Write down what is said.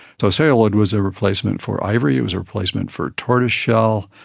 so celluloid was a replacement for ivory, it was a replacement for tortoiseshell.